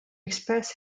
express